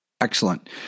Excellent